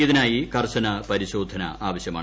ഇതിനായി കർശന പരിശോധന ആവശ്യമാണ്